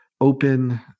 open